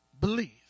believe